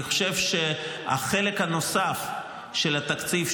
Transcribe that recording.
אני חושב שהחלק הנוסף של התקציב,